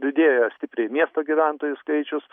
didėja stipriai miesto gyventojų skaičius